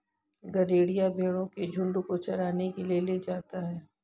गरेड़िया भेंड़ों के झुण्ड को चराने के लिए ले जाता है